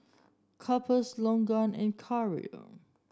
Cephus Logan and Karel